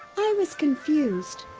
i was confused.